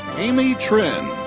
amy trinh.